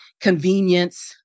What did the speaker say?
convenience